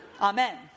Amen